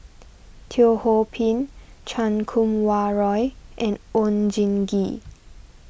Teo Ho Pin Chan Kum Wah Roy and Oon Jin Gee